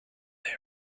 they